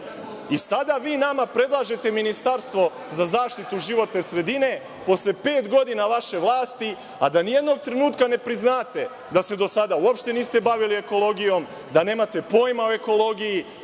I sada vi nama predlažete ministarstvo za zaštitu životne sredine, posle pet godina vaše vlasti, a da ni jednog trenutka ne priznate da se do sada uopšte niste bavili ekologijom, da nemate pojma o ekologiji,